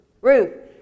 Ruth